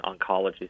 oncology